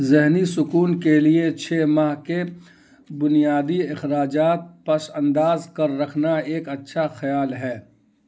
ذہنی سکون کے لیے چھ ماہ کے بنیادی اخراجات پس انداز کر رکھنا ایک اچھا خیال ہے